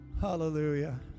Hallelujah